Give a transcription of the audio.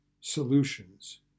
solutions